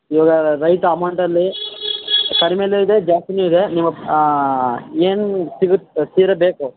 ಇವಾಗ ರೈಟ್ ಅಮೌಂಟಲ್ಲಿ ಕಡಿಮೇಲು ಇದೆ ಜಾಸ್ತಿನೂ ಇದೆ ನಿಮಗೆ ಏನು ಸಿಗುತ್ತೆ ಸೀರೆ ಬೇಕು